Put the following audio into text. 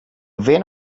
vane